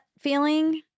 feeling